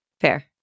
fair